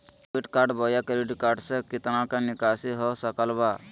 Debit बोया credit card से कितना का निकासी हो सकल बा?